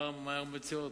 מה הן מציעות?